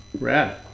Rad